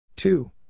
Two